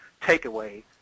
takeaway